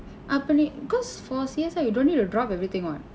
அப்போ நீ:appoo nii cause for C_S_I you don't need to drop everything [what]